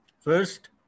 first